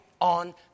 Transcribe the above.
on